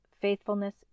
faithfulness